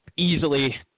easily